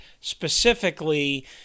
specifically